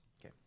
Okay